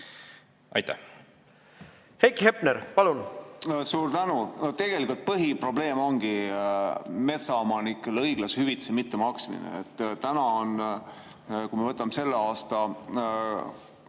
kõik. Heiki Hepner, palun! Suur tänu! Tegelikult põhiprobleem ongi metsaomanikele õiglase hüvitise mittemaksmine. Tänaseks on, kui me võtame selle aasta